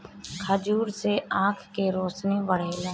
खजूर से आँख के रौशनी बढ़ेला